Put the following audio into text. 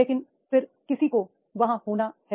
लेकिन फिर किसी को वहाँ होना है